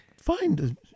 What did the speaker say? find